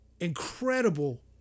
Incredible